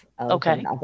Okay